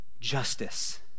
justice